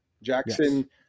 Jackson